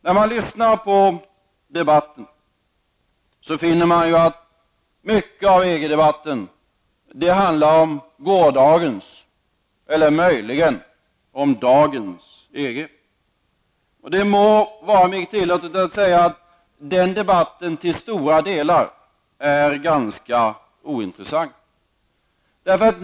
När man lyssnar på EG-debatten finner man ju att mycket av den handlar om gårdagens eller möjligen om dagens EG. Det må vara mig tillåtet att säga att den debatten till stora delar är ganska ointressant.